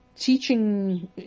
Teaching